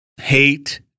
hate